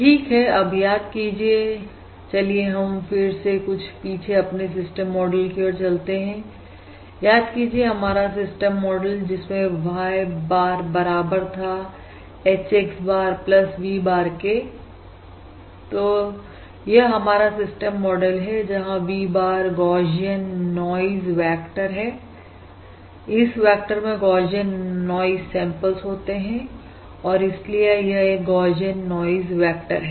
ठीक अब याद कीजिए चलिए हम फिर से कुछ पीछे अपने सिस्टम मॉडल की ओर चलते हैं याद कीजिए हमारा सिस्टम मॉडल जिसमें Y bar बराबर था H X bar V bar के तो यह हमारा सिस्टम मॉडल है जहां V bar Gaussian noise vector है इस वेक्टर में गौशियन नॉइज सैंपल्स होते हैं और इसीलिए यह एक गौशियन नॉइज वेक्टर है